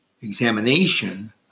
examination